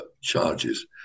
charges